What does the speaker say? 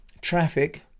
traffic